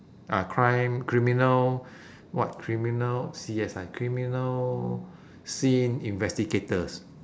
ah crime criminal what criminal C_S_I criminal scene investigators